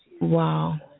Wow